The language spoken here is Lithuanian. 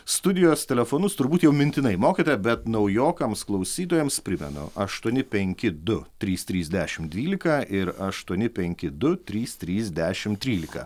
studijos telefonus turbūt jau mintinai mokate bet naujokams klausytojams primenu aštuoni penki du trys trys dešim dvylika ir aštuoni penki du trys trys dešim trylika